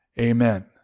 Amen